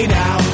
now